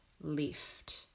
lift